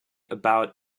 about